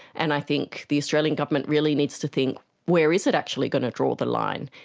and i think the australian government really needs to think where is it actually going to draw the line?